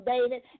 David